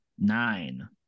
nine